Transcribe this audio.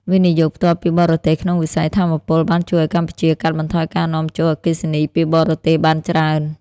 វិនិយោគផ្ទាល់ពីបរទេស ក្នុងវិស័យថាមពល បានជួយឱ្យកម្ពុជាកាត់បន្ថយការនាំចូលអគ្គិសនីពីបរទេសបានច្រើន។